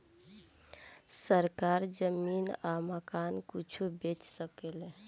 सरकार जमीन आ मकान कुछो बेच सके ले